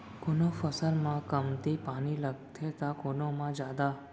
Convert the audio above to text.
कोनो फसल म कमती पानी लगथे त कोनो म जादा